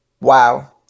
Wow